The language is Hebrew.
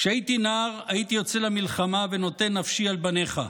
כשהייתי נער הייתי יוצא למלחמה ונותן נפשי על בניך,